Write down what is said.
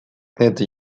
это